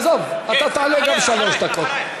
עזוב, גם אתה תעלה, שלוש דקות.